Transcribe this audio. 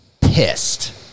pissed